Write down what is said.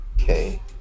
Okay